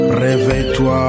réveille-toi